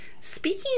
Speaking